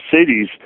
cities